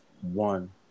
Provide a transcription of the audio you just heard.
One